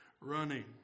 running